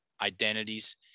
identities